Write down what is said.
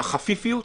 מהחפיפיות,